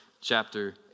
chapter